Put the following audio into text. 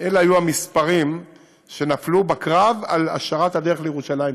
אלה היו המספרים שנפלו בקרב על השארת הדרך לירושלים פתוחה.